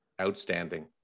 Outstanding